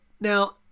now